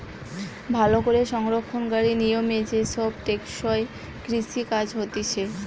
ভালো করে সংরক্ষণকারী নিয়মে যে সব টেকসই কৃষি কাজ হতিছে